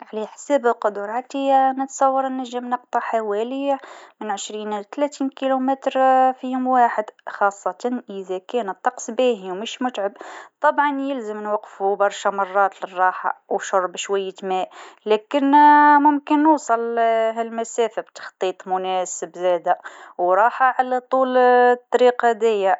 نجم نمشي حوالي عشره إلى خمستاش كيلومتر في يوم واحد. يعتمد على النشاط والمزاج. كي يكون عندي طاقة، يمكن نزيد أكثر، لكن عادةً هالمسافة تكون معقولة.